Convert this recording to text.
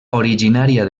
originària